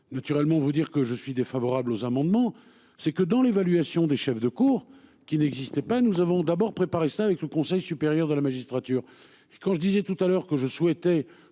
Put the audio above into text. naturellement vous dire que je suis défavorable aux amendements, c'est que dans l'évaluation des chefs de cour qui n'existait pas. Nous avons d'abord préparer ça avec le Conseil supérieur de la magistrature et quand je disais tout à l'heure que je souhaitais